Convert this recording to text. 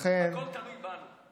הכול תלוי בנו.